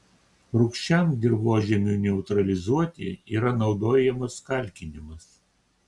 rūgščiam dirvožemiui neutralizuoti yra naudojamos kalkinimas